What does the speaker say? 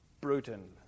Bruton